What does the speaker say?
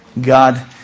God